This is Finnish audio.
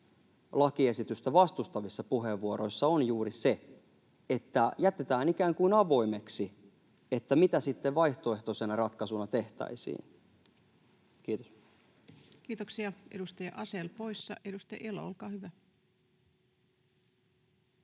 lakiesitystä vastustavissa puheenvuoroissa on juuri se, että jätetään ikään kuin avoimeksi, mitä sitten vaihtoehtoisena ratkaisuna tehtäisiin. — Kiitos. Kiitoksia. — Edustaja Asell poissa. — Edustaja Elo, olkaa hyvä.